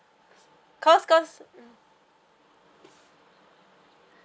cause cause mm